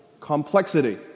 complexity